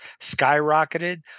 skyrocketed